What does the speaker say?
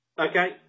Okay